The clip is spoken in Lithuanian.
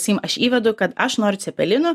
sakykim aš įvedu kad aš noriu cepelinų